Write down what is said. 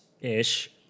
ish